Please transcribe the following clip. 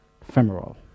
femoral